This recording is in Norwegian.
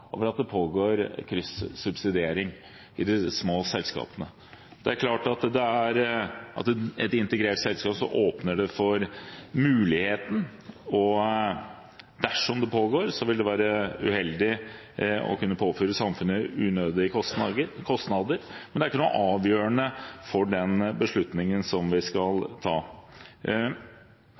over at det pågår kryssubsidiering i de små selskapene. Det er klart at i et integrert selskap åpner det for muligheten, og dersom det pågår, vil det være uheldig og kunne påføre samfunnet unødige kostnader, men det er ikke noe avgjørende for den beslutningen som vi skal ta.